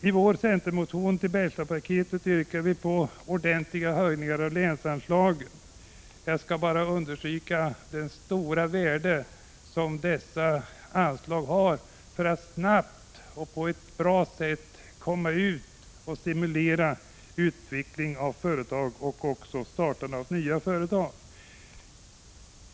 I vår centermotion i anslutning till Bergslagspaketet yrkar vi på ordentliga höjningar av länsanslagen. Jag skall bara understryka det stora värde som dessa anslag har för att snabbt och på ett bra sätt stimulera utveckling av företag och också startande av nya företag.